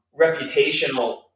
reputational